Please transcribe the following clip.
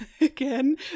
again